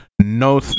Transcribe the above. No